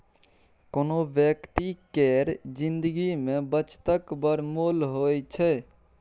कोनो बेकती केर जिनगी मे बचतक बड़ मोल होइ छै